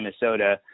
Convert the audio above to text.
Minnesota